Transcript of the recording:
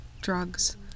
drugs